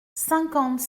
cinquante